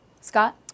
Scott